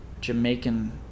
Jamaican